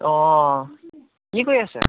অঁ কি কৰি আছে